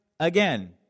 Again